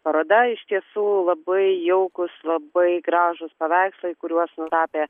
paroda iš tiesų labai jaukūs labai gražūs paveikslai kuriuos nutapė